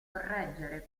correggere